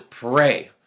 pray